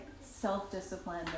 self-discipline